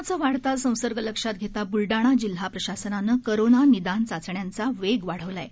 कोरोनाचा वाढता संसर्ग लक्षात घेता बुलडाणा जिल्हा प्रशासनानं कोरोना निदान चाचण्यांचा वेग वाढवला आहे